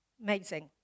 Amazing